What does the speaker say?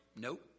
Nope